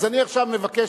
אז אני עכשיו מבקש,